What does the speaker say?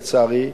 לצערי,